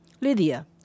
Lydia